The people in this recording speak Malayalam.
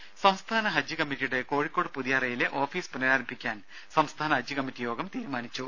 ടെട സംസ്ഥാന ഹജ്ജ് കമ്മറ്റിയുടെ കോഴിക്കോട് പുതിയറയിലെ ഓഫീസ് പുനരാരംഭിക്കുവാൻ സംസ്ഥാന ഹജ്ജ് കമ്മറ്റി യോഗം തീരുമാനിച്ചു